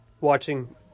Watching